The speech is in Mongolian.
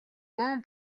бөөн